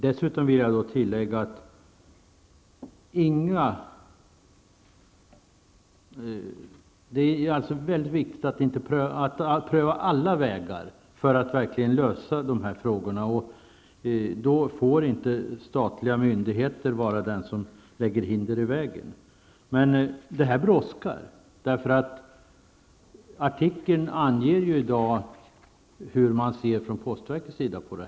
Dessutom vill jag tillägga att det är väldigt viktigt att pröva alla vägar för att lösa de här problemen, och då får inte statliga myndigheter lägga hinder i vägen. Men det här brådskar. Artikeln i dag anger hur man från postverket ser på det.